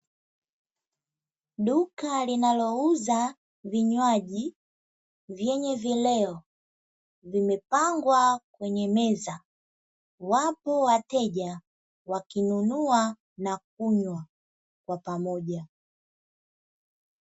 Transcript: Duka linalouza vinywaji vyenye vileo, vimepangwa kwenye meza. Wapo wateja wakinunua na kunywa kwa pamoja.